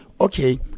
okay